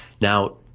Now